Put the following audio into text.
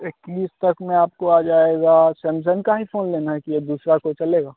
इक्कीस तक में आपको आ जाएगा सैमसंग का ही फ़ोन लेना है कि अब दूसरा कोई चलेगा